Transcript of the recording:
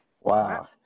Wow